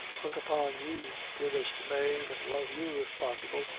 look upon you, dearest mave, an' love you, if possible,